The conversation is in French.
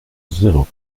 zéro